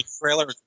trailer